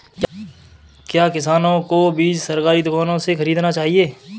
क्या किसानों को बीज सरकारी दुकानों से खरीदना चाहिए?